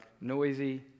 noisy